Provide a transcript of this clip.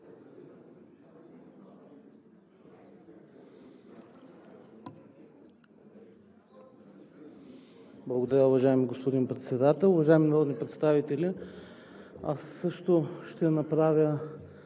Благодаря, уважаеми господин Председател. Уважаеми народни представители! И аз ще направя